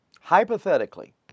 Hypothetically